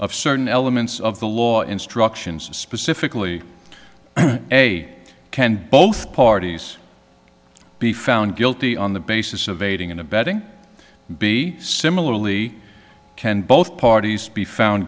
of certain elements of the law instructions specifically a can both parties be found guilty on the basis of aiding and abetting be similarly can both parties be found